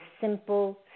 simple